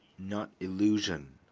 not illusion.